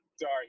Sorry